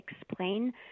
explain